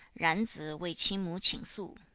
ran zi wei qi mu qing su.